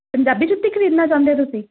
ਪੰਜਾਬੀ ਜੁੱਤੀ ਖਰੀਦਣਾ ਚਾਹੁੰਦੇ ਹੋ ਤੁਸੀਂ